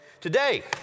Today